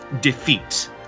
defeat